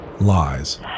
Lies